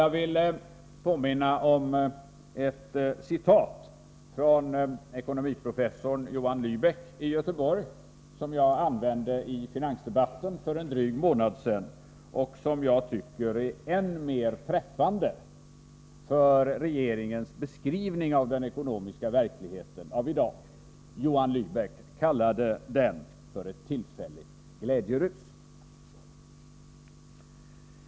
Jag vill påminna om ett citat från ekonomiprofessorn Johan Lybeck i Göteborg, vilket jag använde i finansdebatten för en dryg månad sedan och som jag tycker är än mer träffande för regeringens beskrivning av den ekonomiska verkligheten av i dag. Johan Lybeck kallade den för ”ett tillfälligt glädjerus”.